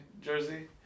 jersey